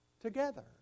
together